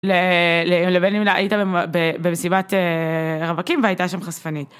לבין אם היית במסיבת רווקים והייתה שם חשפנית.